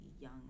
young